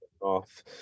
off